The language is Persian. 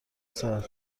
سرد